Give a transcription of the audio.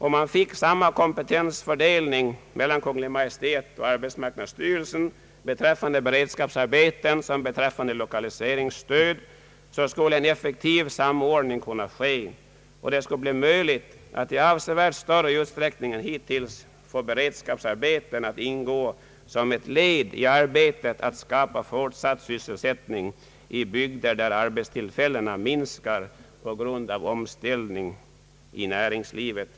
Om man fick samma kompetensfördelning mellan Kungl. Maj:t och AMS beträffande beredskapsarbeten och lokaliseringsstöd skulle en effektiv samordning kunna ske, och det skulle bli möjligt att i avsevärt större utsträckning än hittills få beredskapsarbetena att ingå som ett led i arbetet på att skapa fortsatt sysselsättning i bygder där arbetstillfällena minskar på grund av omställningen inom näringslivet.